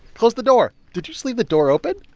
close the door. did you just leave the door open?